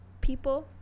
people